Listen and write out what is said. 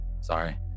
sorry